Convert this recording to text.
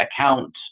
account